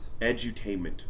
Edutainment